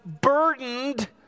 burdened